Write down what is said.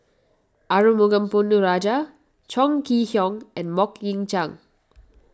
Arumugam Ponnu Rajah Chong Kee Hiong and Mok Ying Jang